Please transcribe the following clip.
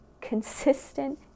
consistent